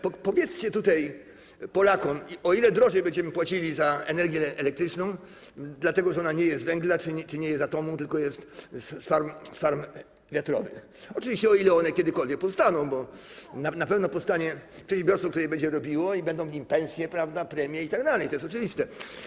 Powiedzcie tutaj Polakom, o ile drożej będziemy płacili za energię elektryczną, dlatego że ona nie jest z węgla czy nie jest z atomu, tylko jest z farm wiatrowych, oczywiście o ile one kiedykolwiek powstaną, bo na pewno powstanie przedsiębiorstwo, które je będzie robiło, i będą w nim pensje, premie itd., to jest oczywiste.